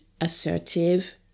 assertive